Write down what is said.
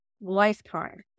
lifetime